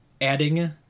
adding